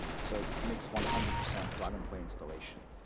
so, it makes one hundred percent plug-and-play installation.